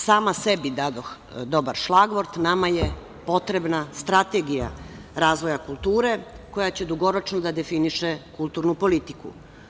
Sama sebi dadoh dobar šlagvort, nama je potrebna strategija razvoja kulture koja će dugoročno da definiše kulturnu politiku.